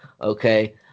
okay